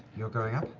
you're going up?